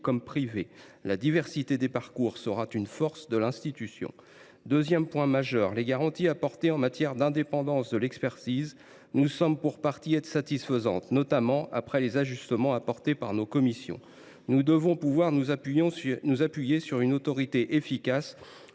La diversité des parcours sera une force de l’institution.